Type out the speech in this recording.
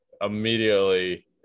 immediately